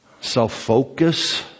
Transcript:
self-focus